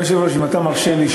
אם אתה מרשה לי,